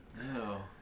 No